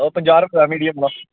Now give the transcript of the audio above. ओह् पंजाह् रपे दा मीडियम